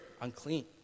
unclean